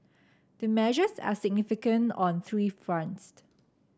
the measures are significant on three fronts